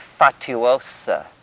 fatuosa